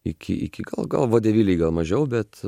iki iki gal gal vodeviliai gal mažiau bet